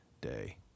day